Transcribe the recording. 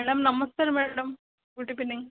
madam ନମସ୍କାର madam good evening